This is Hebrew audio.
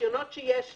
הרשיונות שיש לו,